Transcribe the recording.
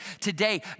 today